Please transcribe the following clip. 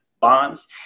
bonds